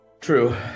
True